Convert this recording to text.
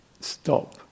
stop